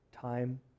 time